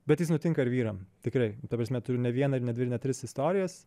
bet jis nutinka ir vyram tikrai ta prasme turiu ne vieną ir ne dvi tris istorijas